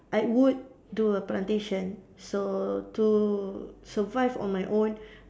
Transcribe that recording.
I would do a plantation so to survive on my own